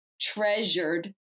treasured